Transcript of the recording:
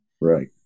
Right